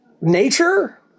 nature